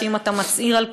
אם אתה מצהיר על כוונות,